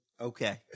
okay